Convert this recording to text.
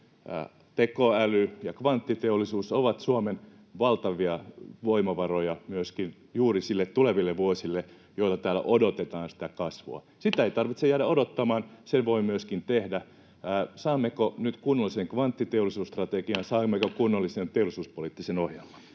tekoäly ja kvanttiteollisuus ovat Suomen valtavia voimavaroja myöskin juuri niille tuleville vuosille, joilta täällä odotetaan kasvua. Sitä ei tarvitse jäädä odottamaan, sen voi myöskin tehdä. Saammeko nyt kunnollisen kvanttiteollisuusstrategian? Saammeko kunnollisen teollisuuspoliittisen ohjelman?